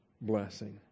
blessing